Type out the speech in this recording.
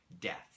death